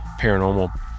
paranormal